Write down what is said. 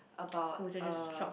about a